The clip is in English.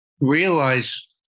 realize